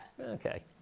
Okay